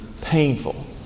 painful